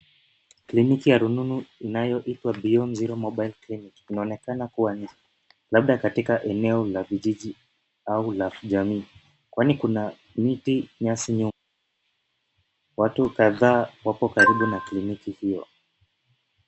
Kliniki ya rununu inayoitwa beyond zero mobile clinic. Inaonekana kuwa ni labda katika eneo la vijiji au la jamii kwani miti nyasi nyuma. Watu kadhaa wapo karibu na kliniki hio.